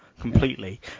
completely